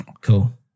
cool